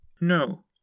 No